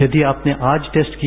यदि आपने आज टेस्ट किया